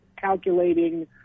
calculating